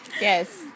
Yes